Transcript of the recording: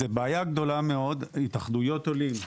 זאת בעיה גדולה מאוד התאחדויות עולים,